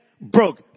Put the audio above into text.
broke